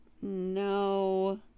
No